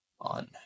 on